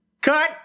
cut